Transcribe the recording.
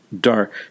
dark